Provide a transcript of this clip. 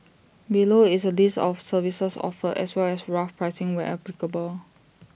below is A list of services offered as well as rough pricing where applicable